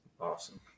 Awesome